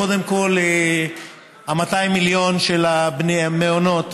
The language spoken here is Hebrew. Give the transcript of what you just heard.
קודם כול, ה-200 מיליון של המעונות,